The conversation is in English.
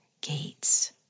gates